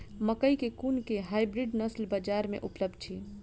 मकई केँ कुन केँ हाइब्रिड नस्ल बजार मे उपलब्ध अछि?